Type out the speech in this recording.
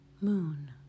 moon